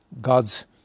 God's